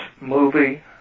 movie